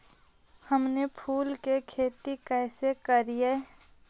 हमनी फूल के खेती काएसे करियय?